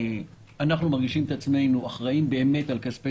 אנחנו מרגישים את עצמנו אחראים באמת על כספי